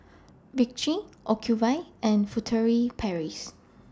Vichy Ocuvite and Furtere Paris